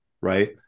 right